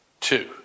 Two